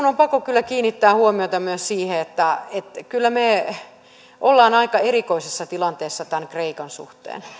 on pakko kyllä kiinnittää huomiota myös siihen että me olemme aika erikoisessa tilanteessa tämän kreikan suhteen